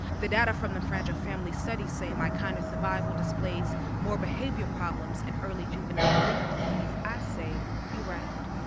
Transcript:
the data from the fragile families study say my kind of survival displays more behavioral problems and early juvenile delinquencies. i say, you right